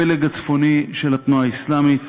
הפלג הצפוני של התנועה האסלאמית